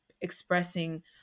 expressing